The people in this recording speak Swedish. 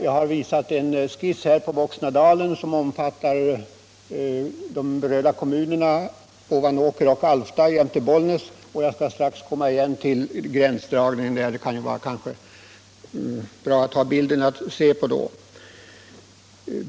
Jag visar på TV-skärmen en skiss över Voxnadalen, som omfattar de berörda kommunerna Ovanåker, Alfta och Bollnäs. Jag skall strax komma igen till gränsdragningsfrågorna. Det kanske då kan vara bra att ha bilden att se på.